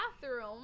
bathroom